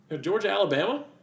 Georgia-Alabama